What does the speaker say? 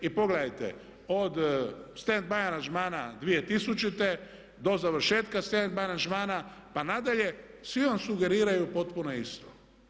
I pogledajte od stand by aranžmana 2000. do završetka stand by aranžmana pa nadalje svi vam sugeriraju potpuno isto.